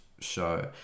show